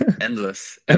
Endless